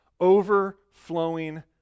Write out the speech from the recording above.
overflowing